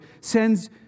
sends